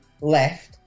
left